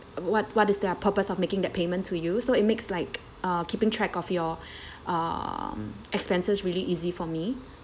what what is their purpose of making that payment to you so it makes like keeping track of your um expenses really easy for me